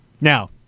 Now